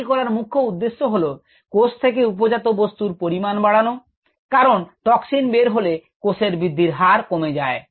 এটি করার মুখ্য উদ্দেশ্য হল কোষ থেকে উপজাত বস্তুর পরিমাণ বাড়ানো কারণ টক্সিন বের হলে কোষের বৃদ্ধির হার কমে যায়